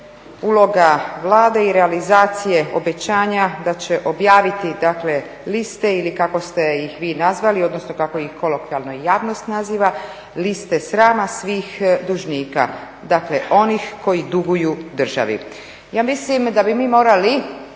uloga Vlade i realizacije obećanja da će objaviti dakle liste ili kako ste ih vi nazvali, odnosno kako ih kolokvijalno javnost naziva, liste srama svih dužnika, dakle onih koji duguju državi. Ja mislim da bi mi morali,